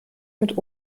mit